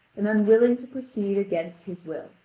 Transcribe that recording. and unwilling to proceed against his will.